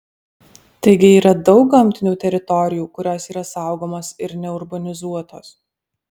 taigi yra daug gamtinių teritorijų kurios yra saugomos ir neurbanizuotos